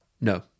No